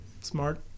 smart